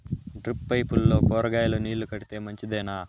Drip పైపుల్లో కూరగాయలు నీళ్లు కడితే మంచిదేనా?